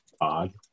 odd